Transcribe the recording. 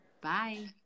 bye